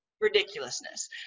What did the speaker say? ridiculousness